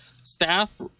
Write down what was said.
Staff